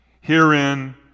Herein